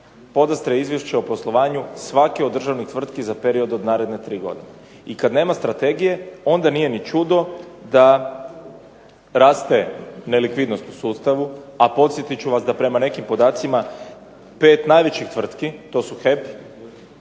podastre izvješće o poslovanju svake od državnih tvrtki za period od naredne 3 godine. I kad nema strategije onda nije ni čudo da raste nelikvidnost u sustavu, a podsjetit ću vas da prema nekim podacima 5 najvećih tvrtki, to su HEP,